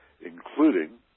including